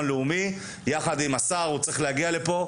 לאומי יחד עם השר הוא צריך להגיע לפה,